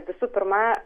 visų pirma